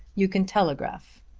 you can telegraph.